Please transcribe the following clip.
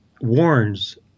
warns